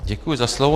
Děkuji za slovo.